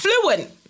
Fluent